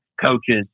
coaches